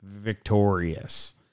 victorious